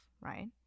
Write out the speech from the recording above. right